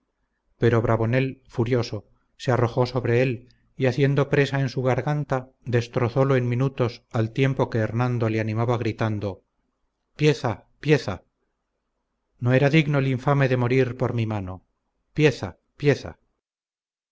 pero bravonel furioso se arrojó sobre él y haciendo presa en su garganta destrozólo en minutos al mismo tiempo que hernando le animaba gritando pieza pieza no era digno el infame de morir por mi mano pieza pieza